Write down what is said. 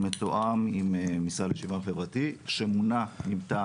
מתואם עם המשרד לשוויון חברתי שמונה מטעם